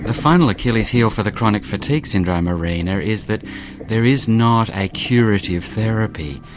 ah final achilles heel for the chronic fatigue syndrome arena is that there is not a curative therapy.